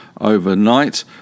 overnight